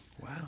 Wow